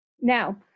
now